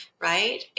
Right